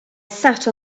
sat